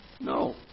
No